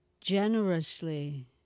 generously